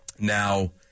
Now